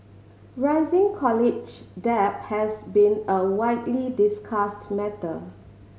rising college debt has been a widely discussed matter